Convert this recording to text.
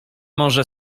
może